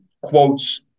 quotes